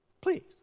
please